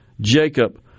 Jacob